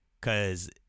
Cause